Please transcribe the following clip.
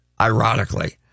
Ironically